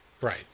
right